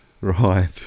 Right